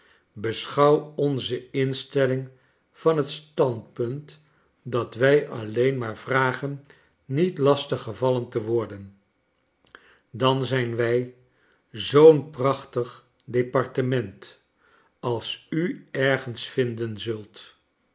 beschouw onze instelling van het standpunt dat wij alleen maar vragen niet lastig gevallen te worden dan zijn wij zoom prachtig departement als u ergens vinden zult